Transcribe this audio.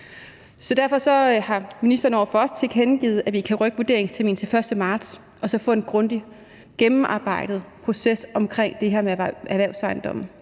Derfor har ministeren over for os tilkendegivet, at vi kan rykke vurderingsterminen til 1. marts og så få en grundig og gennemarbejdet proces omkring det her med erhvervsejendomme.